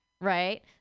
right